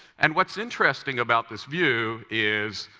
and what's interesting about this view is,